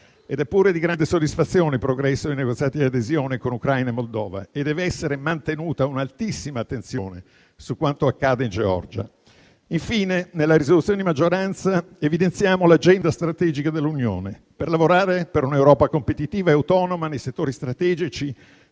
È pure di grande soddisfazione il progresso dei negoziati di adesione con Ucraina e Moldova; deve essere mantenuta un'altissima attenzione su quanto accade in Georgia. Infine, nella proposta di risoluzione di maggioranza evidenziamo l'Agenda strategica dell'Unione per lavorare per un'Europa competitiva e autonoma nei settori strategici,